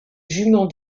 jument